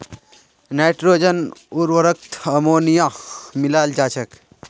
nitrogen उर्वरकत ammonia मिलाल जा छेक